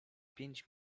pięć